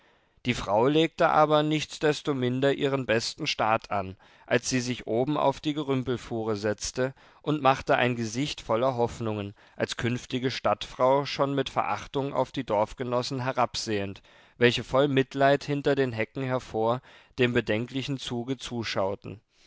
die frau legte aber nichtsdestominder ihren besten staat an als sie sich oben auf die gerümpelfuhre setzte und machte ein gesicht voller hoffnungen als künftige stadtfrau schon mit verachtung auf die dorfgenossen herabsehend welche voll mitleid hinter den hecken hervor dem bedenklichen zuge zuschauten